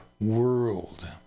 world